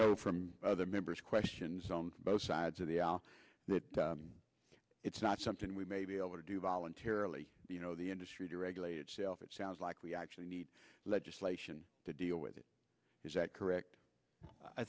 know from other members questions on both sides of the aisle that it's not something we may be able to do voluntarily you know the industry to regulate itself it sounds like we actually need legislation to deal with it is that correct i